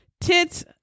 Tits